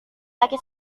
laki